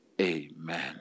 amen